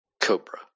Cobra